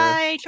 Bye